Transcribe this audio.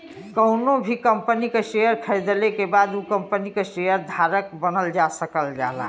कउनो भी कंपनी क शेयर खरीदले के बाद उ कम्पनी क शेयर धारक बनल जा सकल जाला